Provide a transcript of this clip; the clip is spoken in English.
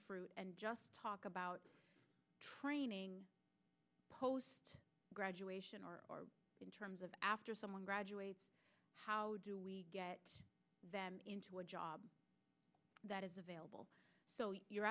fruit and just talk about training post graduation or in terms of after someone graduates how do we get them into a job that is available you're